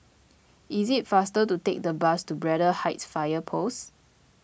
it is faster to take the bus to Braddell Heights Fire Post